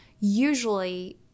usually